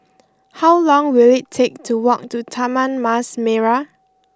how long will it take to walk to Taman Mas Merah